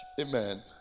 Amen